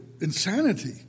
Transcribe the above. insanity